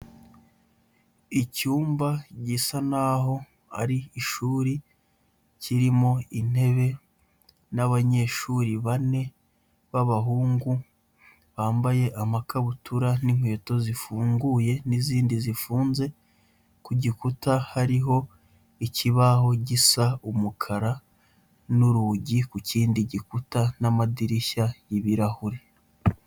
Icyumba gisa naho ari ishuri kirimo intebe n'abanyeshuri bane b'abahungu bambaye amakabutura n'inkweto zifunguye n'izindi zifunze, ku gikuta hariho ikibaho gisa umukara n'urugi ku kindi gikuta n'amadirishya y'ibirahure.